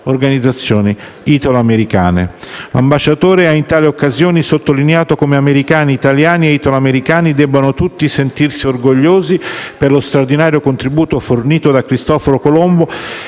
L'ambasciatore ha in tali occasioni sottolineato come americani, italiani e italoamericani debbano tutti sentirsi orgogliosi per lo straordinario contributo fornito da Cristoforo Colombo,